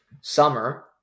summer